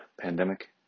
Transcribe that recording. pandemic